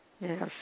Yes